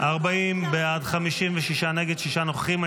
40 בעד, 56 נגד, שישה נוכחים.